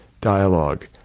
dialogue